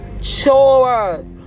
Chores